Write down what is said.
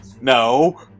No